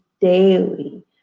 daily